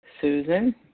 Susan